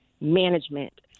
management